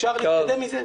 אפשר להתקדם מזה?